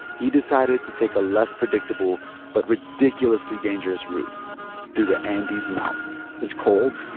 he decided to take a less predictable but ridiculously dangerous route through the andes mountains. it's cold.